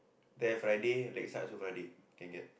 there Friday Lakeside also Friday can get